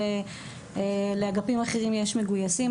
ולאגפים אחרים יש מגויסים.